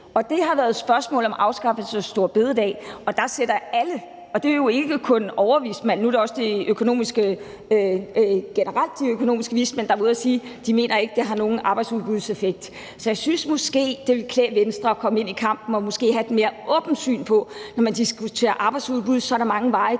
og det var i spørgsmålet om afskaffelse af store bededag. Og det er jo ikke kun overvismanden, men også generelt de økonomiske vismænd, der har været ude at sige, at de ikke mener, at det har nogen arbejdsudbudseffekt. Så jeg synes måske, det ville klæde Venstre at komme ind i kampen og måske have et mere åbent syn på, at når man diskuterer arbejdsudbud, er der mange veje